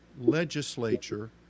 legislature